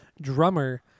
drummer